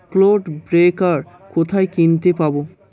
Clod breaker কোথায় কিনতে পাব?